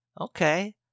Okay